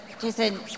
Jason